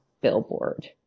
billboard